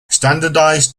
standardized